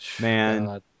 Man